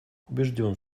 убежден